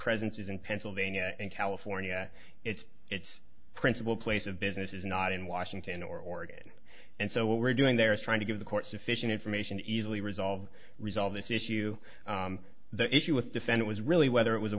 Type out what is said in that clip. presences in pennsylvania and california it's its principal place of business is not in washington or oregon and so what we're doing there is trying to give the court sufficient information easily resolve resolve this issue the issue with defend it was really whether it was a